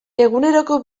eguneroko